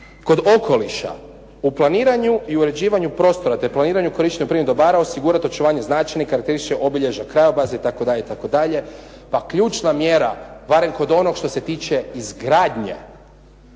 Kod okoliša u planiranju i uređivanju prostora te planiranju korištenja prirodnih dobara osigurati očuvanje značajnih karakterističnih obilježja krajobraza itd., itd., pa ključna mjera, barem kod onog što se tiče izgradnje